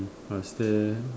questions